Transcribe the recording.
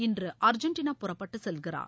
இன்று அர்ஜென்டனா புறப்பட்டுச் செல்கிறார்